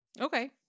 Okay